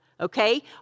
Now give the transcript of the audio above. okay